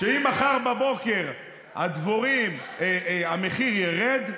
שאם מחר בבוקר המחיר ירד,